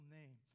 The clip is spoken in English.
name